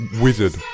Wizard